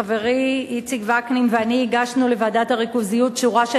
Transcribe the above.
חברי איציק וקנין ואני הגשנו לוועדת הריכוזיות שורה של